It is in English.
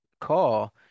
call